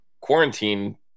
quarantine